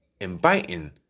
Inviting